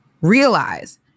realize